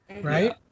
Right